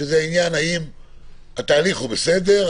וזה העניין האם התהליך הוא בסדר,